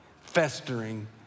festering